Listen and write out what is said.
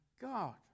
God